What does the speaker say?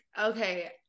Okay